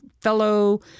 fellow